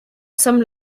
some